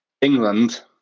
England